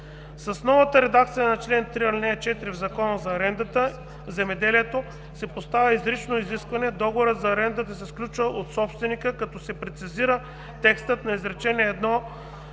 С новата редакция на чл. 3, ал. 4 от Закона за арендата в земеделието се поставя изрично изискване договорът за аренда да се сключва от собственика, като се прецизира текстът на изречение